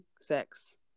sex